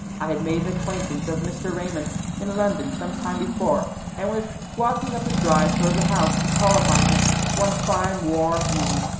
i had made the acquaintance of mr. raymond in london some time before, and was walking up the drive towards the house to call upon him one fine warm evening,